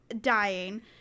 dying